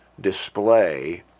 display